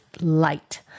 light